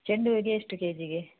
ಚೆಂಡು ಹೂವಿಗೆ ಎಷ್ಟು ಕೇ ಜಿಗೆ